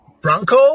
Bronco